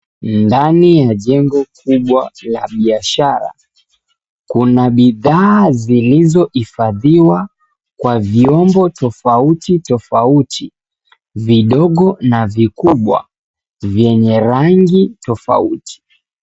Ndani ya jengo kubwa la biashara kuna bidhaa zilizohifadhiwa kwa vyombo tofauti tofauti, vidogo na vikubwa vyenye rangi tofauti.